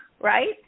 right